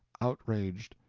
outraged,